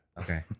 Okay